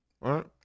right